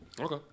Okay